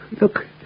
Look